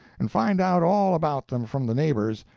and find out all about them from the neighbors,